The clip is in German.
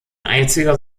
einziger